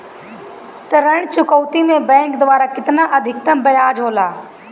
ऋण चुकौती में बैंक द्वारा केतना अधीक्तम ब्याज होला?